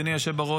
אדוני היושב בראש,